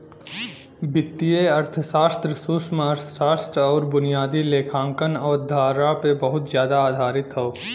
वित्तीय अर्थशास्त्र सूक्ष्मअर्थशास्त्र आउर बुनियादी लेखांकन अवधारणा पे बहुत जादा आधारित हौ